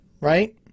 right